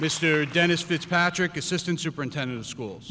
mr dennis fitzpatrick assistant superintendent of schools